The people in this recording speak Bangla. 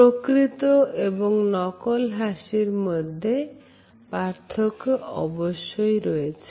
প্রকৃত এবং নকল হাসির মধ্যে পার্থক্য অবশ্যই রয়েছে